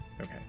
Okay